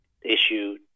issue